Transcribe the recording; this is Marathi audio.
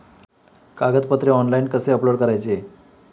कागदपत्रे ऑनलाइन कसे अपलोड करायचे?